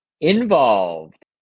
involved